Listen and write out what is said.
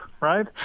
right